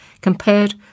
compared